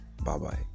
Bye-bye